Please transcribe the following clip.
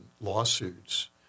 lawsuits